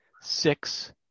six